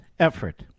effort